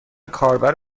کاربر